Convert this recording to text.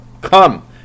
Come